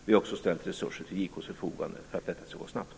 Vi har också ställt resurser till JK:s förfogande för att detta skall gå snabbt.